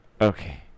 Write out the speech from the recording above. Okay